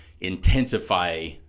intensify –